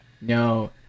no